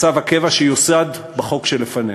מצב הקבע שיוסד בחוק שלפנינו.